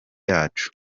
yacu